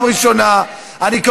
אל תיתן לי עצות.